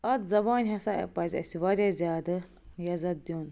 اَتھ زبانہِ ہَسا پَزِ اَسہِ واریاہ زیادٕ یَزتھ دیُن